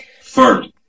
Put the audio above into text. first